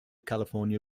california